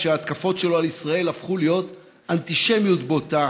שההתקפות שלו על ישראל הפכו להיות אנטישמיות בוטה,